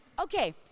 okay